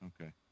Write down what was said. Okay